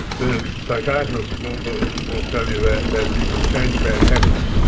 the psychiatrist will tell you that that you can change bad habits